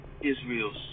Israel's